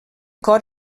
cor